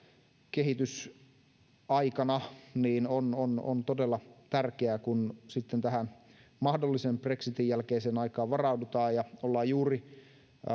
kehitysaikana on on todella tärkeää kun tähän mahdolliseen brexitin jälkeiseen aikaan varaudutaan ja ollaan juuri